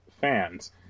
fans